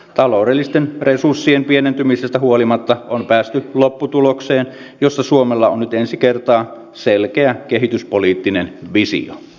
taloudellisten resurssien pienentymisestä huolimatta on päästy lopputulokseen jossa suomella on nyt ensi kertaa selkeä kehityspoliittinen visio